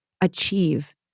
achieve